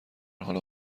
حال